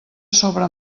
sobre